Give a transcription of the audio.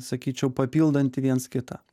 sakyčiau papildantį viens kitą